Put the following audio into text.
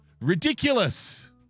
Ridiculous